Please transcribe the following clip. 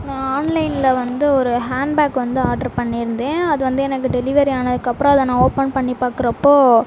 நான் ஆன்லைனில் வந்து ஒரு ஹேண்ட் பேக் வந்து ஆர்ட்ரு பண்ணியிருந்தேன் அது வந்து எனக்கு டெலிவரி ஆனதுக்கப்பறம் அதை நான் ஓப்பன் பண்ணி பாக்கிறப்போ